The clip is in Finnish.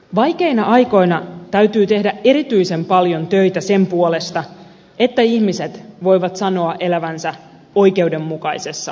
vaikeina aikoina täytyy tehdä erityisen paljon töitä sen puolesta että ihmiset voivat sanoa elävänsä oikeudenmukaisessa yhteiskunnassa